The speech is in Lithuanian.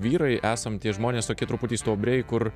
vyrai esam tie žmonės tokie truputį stuobriai kur